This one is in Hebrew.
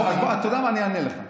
אתה יודע מה, אני אענה לך.